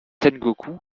sengoku